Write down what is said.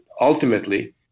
ultimately